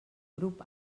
grup